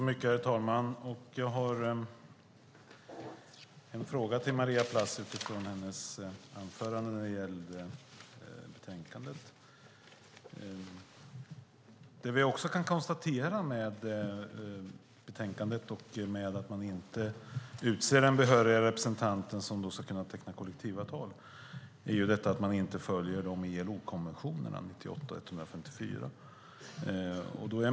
Herr talman! Jag har en fråga till Maria Plass utifrån hennes anförande när det gällde betänkandet. Vi kan konstatera när det gäller betänkandet och att man inte utser en behörig representant som ska kunna teckna kollektivavtal att man inte följer ILO-konventionerna 98 och 154.